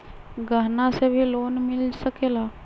गहना से भी लोने मिल सकेला?